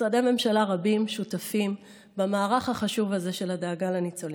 משרדי ממשלה רבים שותפים במערך החשוב הזה של הדאגה לניצולים.